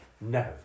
No